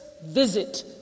visit